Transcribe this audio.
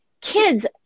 kids